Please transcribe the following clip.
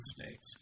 states